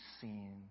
seen